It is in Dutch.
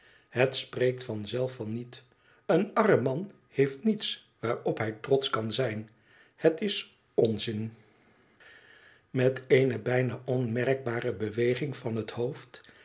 het spreekt van zelf van niet en arm man heeft niets waarop hij trotsch kan zijn het is onzin met eene bijna onmerkbare beweging van het hoofd